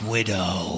Widow